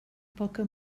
poca